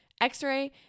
x-ray